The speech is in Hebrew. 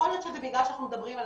יכול להיות שזה בגלל שאנחנו מדברים על